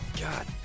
God